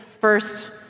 first